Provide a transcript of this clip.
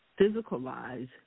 physicalize